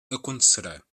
acontecerá